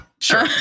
Sure